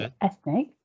Ethnic